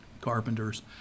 carpenters